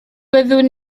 byddwn